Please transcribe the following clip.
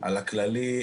על הכללי,